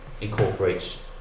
incorporates